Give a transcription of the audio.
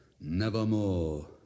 nevermore